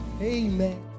Amen